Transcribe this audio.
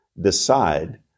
decide